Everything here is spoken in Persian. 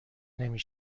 نمی